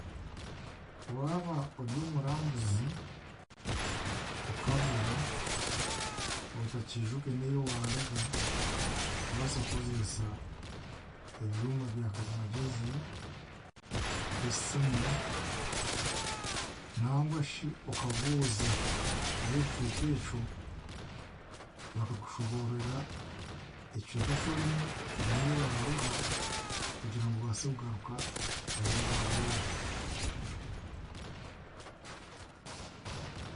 Waaba oryomurambuzi, okabura, otakiijuke n'ehi waaruga, orabaasa kukozeesa ebyoma bya karimagyezi nk'esimu, nangwashi okabuuza ab'ekicweka ekyo, bakakushoboororera ekicweka kyorimu n'ehi waaruga kugira ngu obaase kugaruka ahi waaroori.